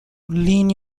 lean